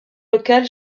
local